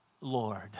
Lord